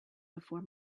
before